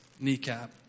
kneecap